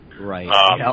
Right